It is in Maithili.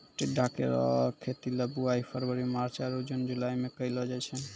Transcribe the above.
टिंडा केरो खेती ल बुआई फरवरी मार्च आरु जून जुलाई में कयलो जाय छै